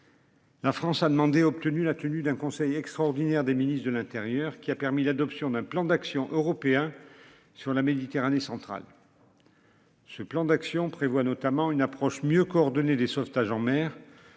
La France a demandé et obtenu la tenue d'un conseil extraordinaire des ministre de l'Intérieur qui a permis l'adoption d'un plan d'action européen sur la Méditerranée centrale. Ce plan d'action prévoit notamment une approche mieux coordonnée des sauvetages en mer.